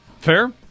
Fair